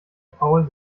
paul